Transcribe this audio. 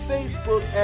Facebook